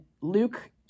Luke